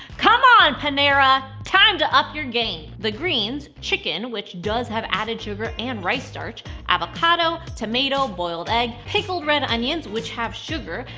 come on, panera! time to up your game. the greens, chicken, which does have added sugar and rice starch, avocado, tomato, boiled egg, pickled red onions, which have sugar,